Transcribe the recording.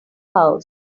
house